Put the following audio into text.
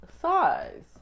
size